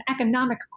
economic